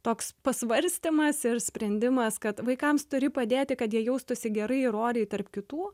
toks pasvarstymas ir sprendimas kad vaikams turi padėti kad jie jaustųsi gerai ir oriai tarp kitų